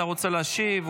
אתה רוצה להשיב?